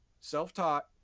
self-taught